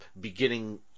beginning